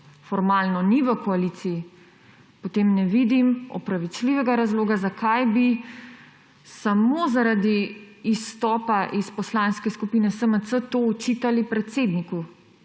formalno ni v koaliciji, potem ne vidim opravičljivega razloga, zakaj bi samo zaradi izstopa iz Poslanske skupine SMC to očitali predsedniku